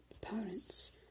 parents